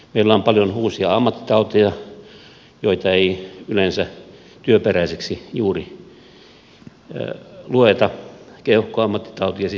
meillä on paljon uusia ammattitauteja joita ei yleensä työperäisiksi juuri lueta keuhkoammattitauti esimerkiksi